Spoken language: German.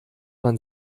man